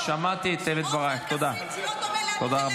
שמעתי את דברייך, תודה רבה.